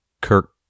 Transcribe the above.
Kirk